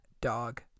dog